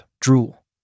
drool